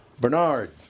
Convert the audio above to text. Bernard